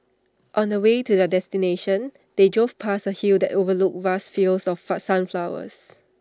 on the way to their destination they drove past A hill that overlooked vast fields of far sunflowers